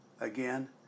Again